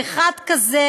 ואחד כזה,